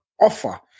offer